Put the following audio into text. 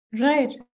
right